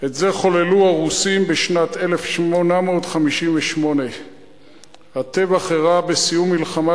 שחוללו הרוסים בשנת 1858. הטבח אירע בסיום מלחמה